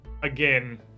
Again